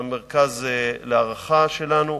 המרכז להערכה שלנו,